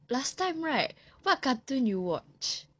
last time right what cartoon you watch